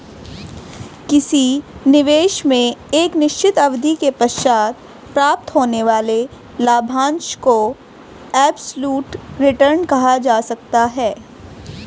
किसी निवेश में एक निश्चित अवधि के पश्चात प्राप्त होने वाले लाभांश को एब्सलूट रिटर्न कहा जा सकता है